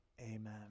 amen